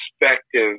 perspective